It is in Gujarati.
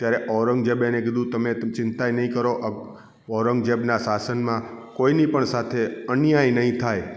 ત્યારે ઔરંગઝેબે એણે કીધું તમે તમ ચિંતાય નહીં કરો ઔરંગઝેબના શાસનમાં કોઈ ની પણ સાથે અન્યાય નહીં થાય